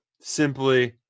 simply